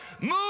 Move